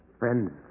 friends